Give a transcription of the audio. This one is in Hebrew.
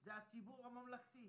זה הציבור הממלכתי.